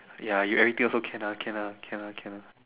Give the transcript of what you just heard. ya you everything also can ah can ah can ah can ah